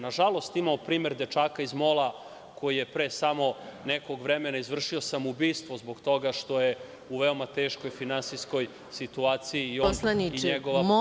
Nažalost, imamo primer dečaka iz Mola, koji je pre samo nekog vremena izvršio samoubistvo zbog toga što je u veoma teškoj finansijskoj situaciji i on i njegova porodica.